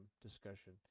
discussion